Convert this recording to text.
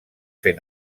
fer